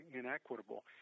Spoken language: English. inequitable